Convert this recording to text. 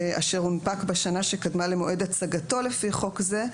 אשר הונפק בשנה שקדמה למועד הצגתו לפי חוק זה,